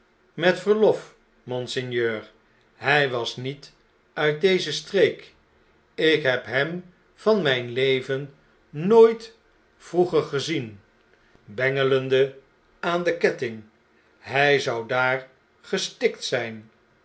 met verlof monseigneur hjj was niet uit deze streek ik heb hem van mfln leven nooit vroeger gezien bengelende aan den ketting ry zoji daar gestikt zijn